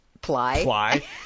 Ply